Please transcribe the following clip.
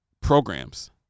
programs